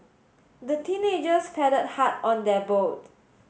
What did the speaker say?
the teenagers paddled hard on their boat